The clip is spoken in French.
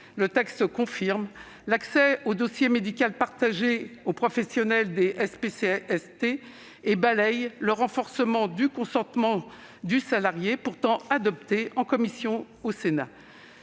le texte confirme l'accès au dossier médical partagé pour les professionnels des SPST et balaye le renforcement du consentement du salarié, pourtant adopté en commission au Sénat.